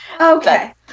Okay